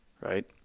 Right